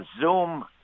Zoom